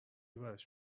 براش